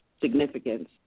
significance